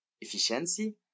efficiency